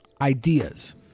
ideas